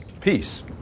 peace